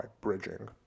bridging